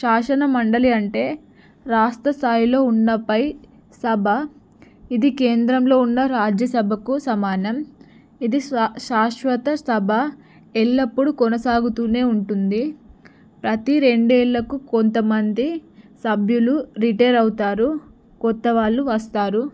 శాశన మండలి అంటే రాష్ట్ర స్థాయిలో ఉన్న పై సభా ఇది కేంద్రంలో ఉన్న రాజ్యసభకు సమానం ఇది శ శాశ్వత సభా ఎల్లప్పుడు కొనసాగుతు ఉంటుంది ప్రతి రెండేళ్లకు కొంతమంది సభ్యులు రిటైర్ అవుతారు కొత్త వాళ్ళు వస్తారు